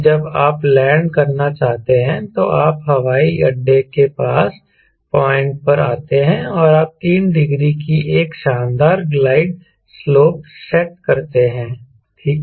जब आप लैंड करना चाहते हैं तो आप हवाई अड्डे के पास पॉइंट पर आते हैं और आप 3 डिग्री की एक शानदार ग्लाइड सलोप सेट करते हैं ठीक है